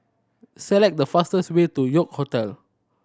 select the fastest way to York Hotel